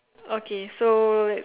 okay so